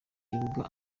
kibuga